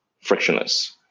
frictionless